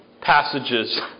passages